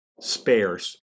spares